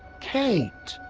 kate!